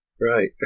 Right